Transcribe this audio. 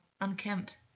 unkempt